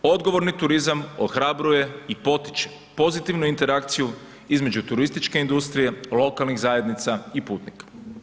Odgovorni turizam ohrabruje i potiče pozitivnu interakciju između turističke industrije, lokalnih zajednica i putnika.